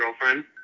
girlfriend